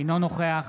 אינו נוכח